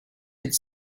could